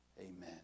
Amen